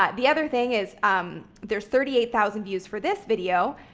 but the other thing is um there's thirty eight thousand views for this video.